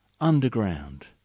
underground